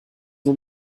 nur